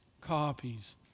copies